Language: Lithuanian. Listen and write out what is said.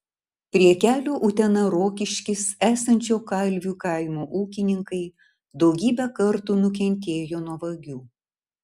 prie kelio utena rokiškis esančio kalvių kaimo ūkininkai daugybę kartų nukentėjo nuo vagių